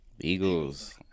eagles